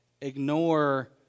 ignore